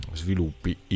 sviluppi